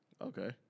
okay